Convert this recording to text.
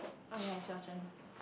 oh ya it's your turn